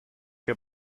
que